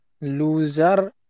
loser